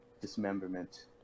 dismemberment